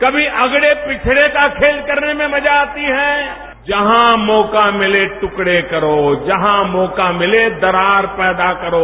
कभी अगड़े पिछले का खेल करने में मजा आती हैं जहां मौका मिले ट्रकड़े करो जहां मौका मिले दरार पैदा करो